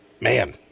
man